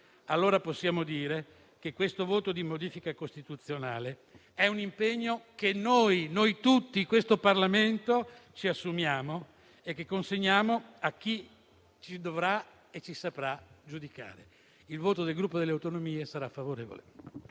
allora, possiamo dire che questo voto di modifica costituzionale è un impegno che noi tutti in questo Parlamento ci assumiamo e che consegniamo a chi ci dovrà e ci saprà giudicare. Il voto del Gruppo per le Autonomie sarà favorevole.